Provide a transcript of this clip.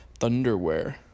Thunderwear